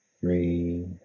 three